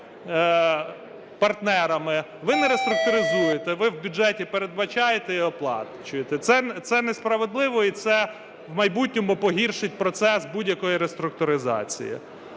ви не реструктуризуєте, ви у бюджеті передбачаєте і оплачуєте. Це несправедливо і це в майбутньому погіршить процес будь-якої реструктуризації.